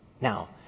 Now